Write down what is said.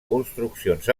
construccions